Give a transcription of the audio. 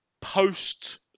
post